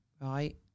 right